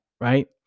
right